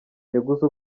yaguze